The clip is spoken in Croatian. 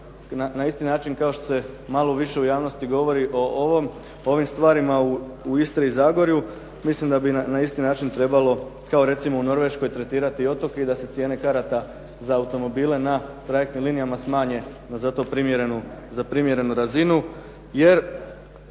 na isti način kao što se malo više u javnosti govori o ovim stvarima u Istri i Zagorju, mislim da bi na isti način kao recimo u Norveškoj tretirati otoke i da se cijene karata za automobile na trajektnim linijama smanje na za to primjerenu razinu. Jer